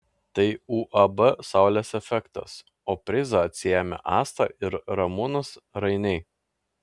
tai uab saulės efektas o prizą atsiėmė asta ir ramūnas rainiai